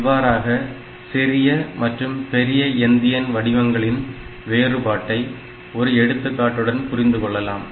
இவ்வாறாக சிறிய மற்றும் பெரிய எந்தியன் வடிவங்களின் வேறுபாட்டை ஒரு எடுத்துக்காட்டுடன் புரிந்துகொள்ளலாம்